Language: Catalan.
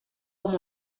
com